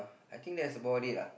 I think that's about it lah